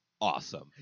awesome